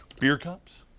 beer cups.